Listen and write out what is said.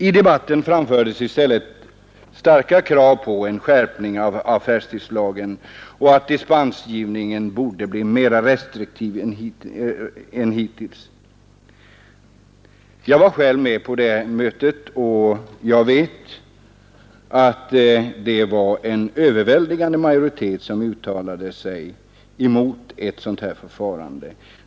I debatten framfördes i stället starka krav på en skärpning av affärstidslagen och på att dispensgivningen skulle bli mera restriktiv än hittills. Jag var själv med på mötet, och jag vet att det var en överväldigande majoritet som uttalade sig emot ett sådant här förfarande.